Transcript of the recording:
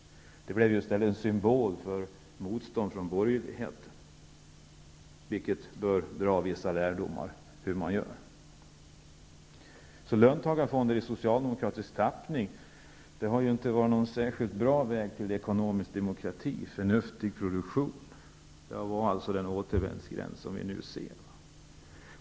De blev ju i stället en symbol för motstånd från borgerligheten, av vilket vi bör dra vissa lärdomar. Löntagarfonder i socialdemokratisk tappning har alltså inte varit någon särskilt bra väg till ekonomisk demokrati och förnuftig produktion, utan de var alltså den återvändsgränd som vi nu ser.